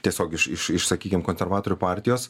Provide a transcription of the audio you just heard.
tiesiog iš iš iš sakykim konservatorių partijos